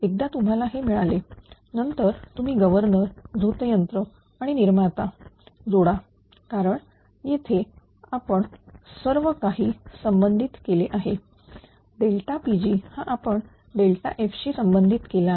एकदा तुम्हाला हे मिळाले नंतर तुम्ही गव्हर्नर झोत यंत्र आणि निर्माता जोडा कारण येथे आपण सर्व काही संबंधित केलेले आहे Pg हा आपण f शी संबंधित केला आहे